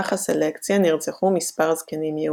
במהלך הסלקציה נרצחו מספר זקנים יהודים.